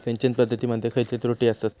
सिंचन पद्धती मध्ये खयचे त्रुटी आसत?